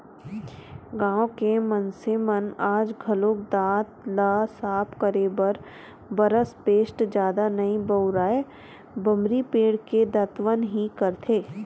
गाँव के मनसे मन आज घलोक दांत ल साफ करे बर बरस पेस्ट जादा नइ बउरय बमरी पेड़ के दतवन ही करथे